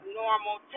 normal